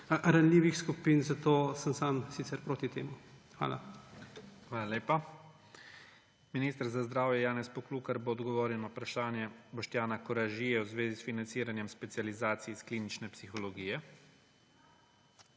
ranljivih skupin. Zato sem sam sicer proti temu. Hvala. PREDSEDNIK IGOR ZORČIČ: Hvala lepa. Minister za zdravje Janez Poklukar bo odgovoril na vprašanje Boštjana Koražije v zvezi s financiranjem specializacij iz klinične psihologije.